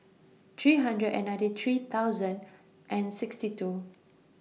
three hundred and ninety three thousand and sixty two